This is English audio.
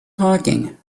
talking